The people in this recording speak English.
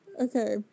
Okay